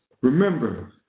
Remember